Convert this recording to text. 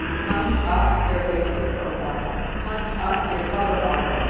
punch up your facebook profile, punch up your cover art,